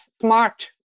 smart